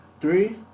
three